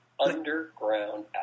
Underground